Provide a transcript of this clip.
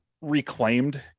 reclaimed